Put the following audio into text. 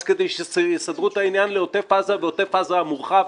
כדי שיסדרו את העניין לעוטף עזה ועוטף עזה המורחב.